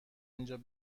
اینجا